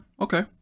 okay